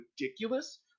ridiculous